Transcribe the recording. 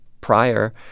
prior